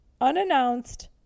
unannounced